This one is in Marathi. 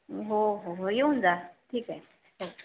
हो हो येऊन जा ठीक आहे हो